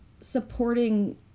supporting